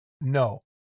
No